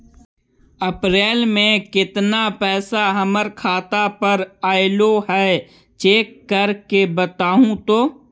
अप्रैल में केतना पैसा हमर खाता पर अएलो है चेक कर के बताहू तो?